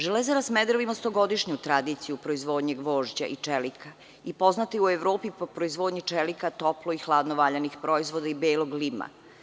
Železara Smederevo ima stogodišnju tradiciju u proizvodnji gvožđa i čelika i poznata je u Evropi po proizvodnji čelika, toplo i hladno valjanih proizvoda i belog lima.